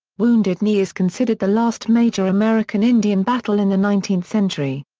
wounded knee is considered the last major american indian battle in the nineteenth century.